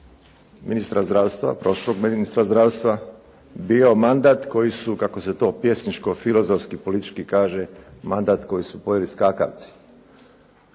ministra zdravstva, prošlog ministra zdravstva bio mandat, kako se to pjesničko, filozofski, politički kaže mandat koji su pojeli skakavci.